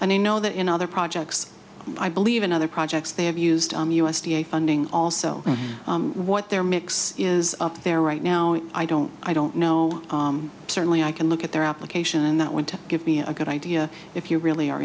and they know that in other projects i believe in other projects they have used on u s d a funding also what they're mix is up there right now i don't i don't know certainly i can look at their application and that want to give me a good idea if you really are